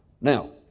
Now